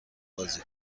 بازی